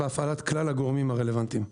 בהפעלת כלל הגורמים הרלוונטיים.